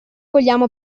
vogliamo